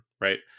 right